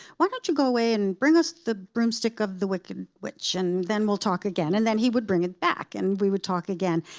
why don't you go away and bring us the broomstick of the wicked witch, and then we'll talk again. and then he would bring it back. and we would talk again.